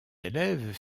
élèves